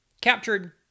Captured